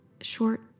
short